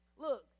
Look